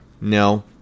No